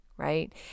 Right